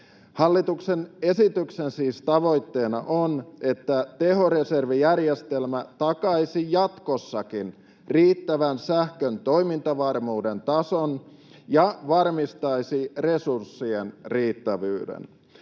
Hallituksen esityksen tavoitteena siis on, että tehoreservijärjestelmä takaisi jatkossakin riittävän sähkön toimintavarmuuden tason ja varmistaisi resurssien riittävyyden.